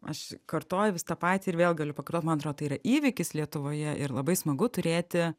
aš kartoju vis tą patį ir vėl galiu pakartot man atrodo tai yra įvykis lietuvoje ir labai smagu turėti